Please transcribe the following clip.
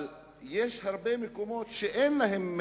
אבל יש הרבה מקומות שאין בהם